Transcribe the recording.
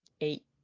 eight